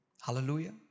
hallelujah